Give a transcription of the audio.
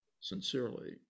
sincerely